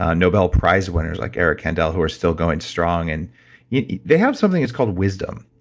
ah nobel prize winners like eric kandel who are still going strong, and yeah they have something that's called wisdom.